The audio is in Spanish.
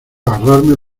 agarrarme